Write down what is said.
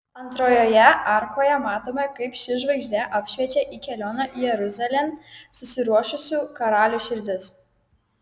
antrojoje arkoje matome kaip ši žvaigždė apšviečia į kelionę jeruzalėn susiruošusių karalių širdis